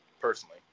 personally